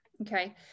Okay